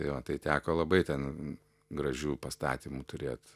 jo tai teko labai ten gražių pastatymų turėt